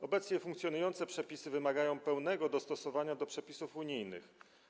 Obecnie funkcjonujące przepisy wymagają pełnego dostosowania do przepisów unijnych.